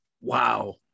Wow